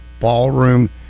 ballroom